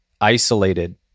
isolated